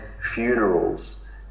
funerals